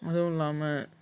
அதுவும் இல்லாமல்